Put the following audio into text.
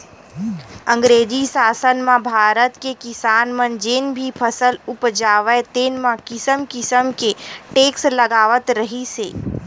अंगरेजी सासन म भारत के किसान मन जेन भी फसल उपजावय तेन म किसम किसम के टेक्स लगावत रिहिस हे